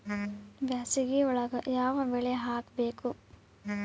ಬ್ಯಾಸಗಿ ಒಳಗ ಯಾವ ಬೆಳಿ ಹಾಕಬೇಕು?